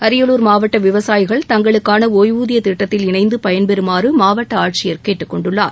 அரியலூர் மாவட்ட விவசாயிகள் தங்களுக்கான ஒய்வுதிய திட்டத்தில் இணைந்து பயன்பெறுமாறு மாவட்ட ஆட்சியர் கேட்டுக் கொண்டுள்ளார்